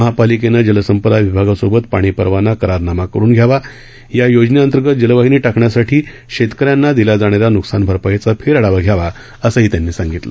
महापालिकेनं जलसंपदा विभागासोबत पाणीपरवाना करारनामा करुन घ्यावा या योजनेंतर्गत जलवाहिनी टाकण्यासा ी शेतकऱ्यांना दिल्या जाणाऱ्या न्कसानभरपाईचा फेरढावा घ्यावा असंही त्यांनी सांगितलं